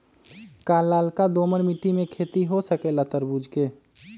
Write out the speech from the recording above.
का लालका दोमर मिट्टी में खेती हो सकेला तरबूज के?